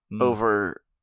over